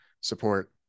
support